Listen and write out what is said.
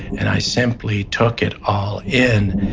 and i simply took it all in.